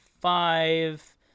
five